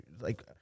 like-